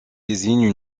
désigne